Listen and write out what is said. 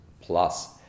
plus